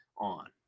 on